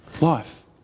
Life